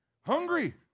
hungry